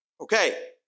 Okay